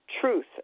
truth